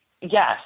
yes